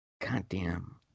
goddamn